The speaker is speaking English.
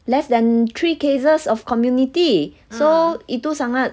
less than three cases of community so itu sangat